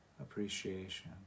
appreciation